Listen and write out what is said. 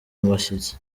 abashyitsi